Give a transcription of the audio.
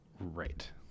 Right